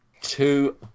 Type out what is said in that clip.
Two